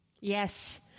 Yes